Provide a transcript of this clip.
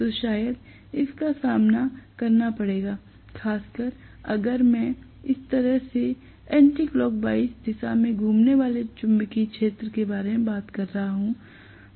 तो शायद इसका सामना करना पड़ेगा खासकर अगर मैं इस तरह से एंटिक्लॉकवाइज दिशा में घूमने वाले क्षेत्र के बारे में बात कर रहा हूं